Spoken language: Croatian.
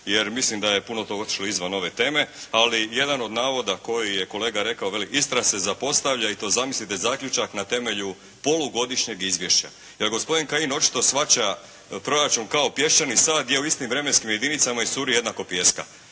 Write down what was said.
Jer mislim da je puno toga otišlo izvan ove teme. Ali jedan od navoda koji je kolega rekao veli Istra se zapostavlja i to je zamislite zaključak na temelju polugodišnjeg izvješća. Jer gospodin Kajin očito shvaća proračun kao pješčani sat gdje u istim vremenskim jedinicama iscuri jednako pijeska.